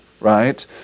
right